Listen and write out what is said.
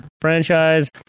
franchise